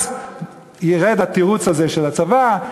אז ירד התירוץ הזה של הצבא,